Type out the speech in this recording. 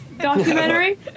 documentary